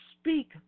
speak